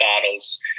bottles